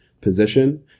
position